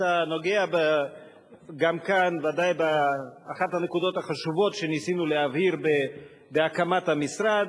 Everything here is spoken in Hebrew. אתה נוגע גם כאן באחת הנקודות החשובות שניסינו להבהיר בהקמת המשרד.